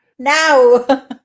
Now